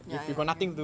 ya ya